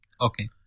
Okay